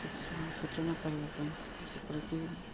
ସୂଚ ସୂଚନା ପାଇବା ପାଇଁ ଯେପରିକି